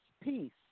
peace